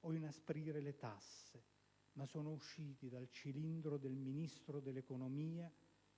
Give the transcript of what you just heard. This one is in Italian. o inasprire le tasse, ma sono usciti dal cilindro del Ministero dell'economia